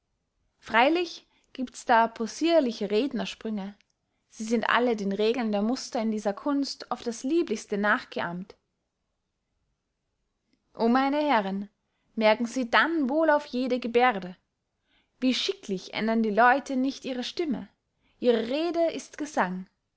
freilich giebts da possierliche rednersprünge sie sind alle den regeln der muster in dieser kunst auf das lieblichste nachgeahmt o meine herren merken sie dann wohl auf jede geberde wie schicklich ändern die leute nicht ihre stimme ihre rede ist gesang